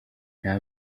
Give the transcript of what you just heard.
nta